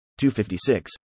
256